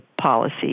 policy